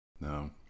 No